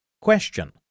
Question